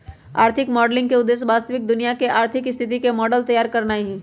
आर्थिक मॉडलिंग के उद्देश्य वास्तविक दुनिया के आर्थिक स्थिति के मॉडल तइयार करनाइ हइ